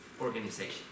Organization